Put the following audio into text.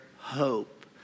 hope